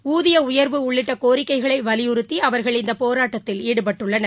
ஊதிய உயர்வு உள்ளிட்ட கோரிக்கைகளை வலியுறுத்தி அவர்கள் இந்த போராட்டத்தில் ஈடுபட்டுள்ளனர்